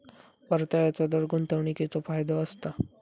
परताव्याचो दर गुंतवणीकीचो फायदो असता